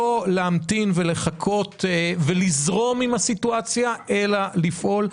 לא להמתין ולחכות ולזרום עם הסיטואציה אלא לפעול.